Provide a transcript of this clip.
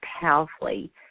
powerfully